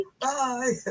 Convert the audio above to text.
Bye